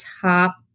top